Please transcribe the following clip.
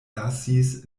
lasis